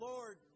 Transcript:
Lord